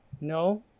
No